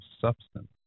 substance